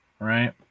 right